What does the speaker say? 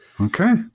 Okay